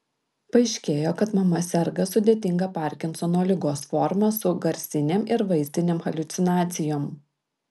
paaiškėjo kad mama serga sudėtinga parkinsono ligos forma su garsinėm ir vaizdinėm haliucinacijom